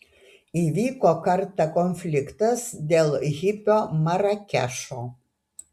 įvyko kartą konfliktas dėl hipio marakešo